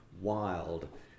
wild